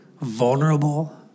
vulnerable